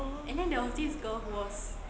oh